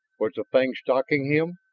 was the thing stalking him?